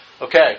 Okay